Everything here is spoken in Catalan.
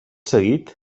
seguit